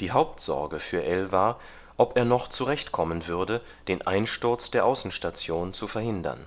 die hauptsorge für ell war ob er noch zurecht kommen würde den einsturz der außenstation zu verhindern